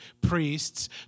priests